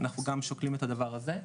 אנחנו גם שוקלים את הדבר הזה,